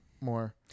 more